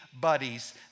buddies